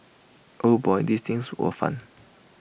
oh boy these things were fun